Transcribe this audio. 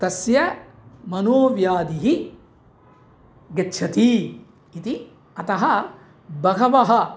तस्य मनोव्याधिः गच्छति इति अतः बहवः